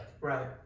right